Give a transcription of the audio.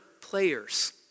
players